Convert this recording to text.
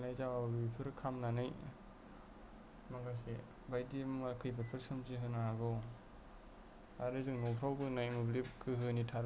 जाब्ला बेफोरो खामनानै माखासे बायदि मुवा खैफोदफोर सोमजिहोनो हागौ आरो जों न'फ्राव बोनाय मोब्लिब गोहोनि